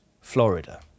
Florida